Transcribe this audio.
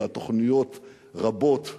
והתוכניות רבות,